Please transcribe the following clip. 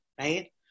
right